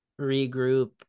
regroup